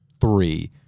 three